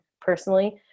personally